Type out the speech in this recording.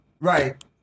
Right